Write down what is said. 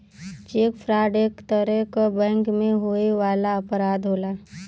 check fraud एक तरे क बैंक में होए वाला अपराध होला